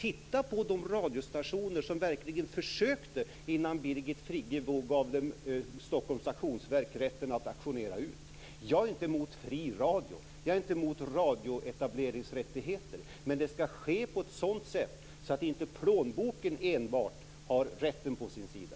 Titta på de radiostationer som verkligen försökte innan Birgit Friggebo gav Stockholms Auktionsverk rätten att auktionera ut frekvenser! Jag är inte emot fri radio. Jag är inte emot radioetableringsrättigheter. Men det skall ske på ett sådant sätt att inte enbart plånboken har rätten på sin sida.